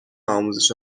آموزش